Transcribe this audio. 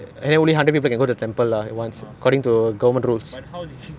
but how they they cannot give everything lah then or hundred by hundred